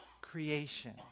creation